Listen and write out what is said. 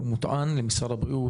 הוא מותאם למשרד הבריאות,